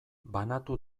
banatu